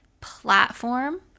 platform